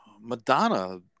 Madonna